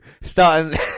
Starting